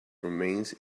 remains